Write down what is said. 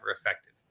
effective